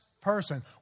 person